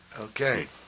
Okay